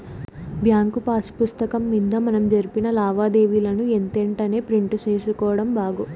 bank pass పుస్తకం మింద మనం జరిపిన లావాదేవీలని ఎంతెంటనే ప్రింట్ సేసుకోడం బాగు